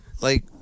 Like-